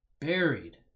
Buried